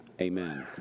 amen